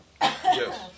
Yes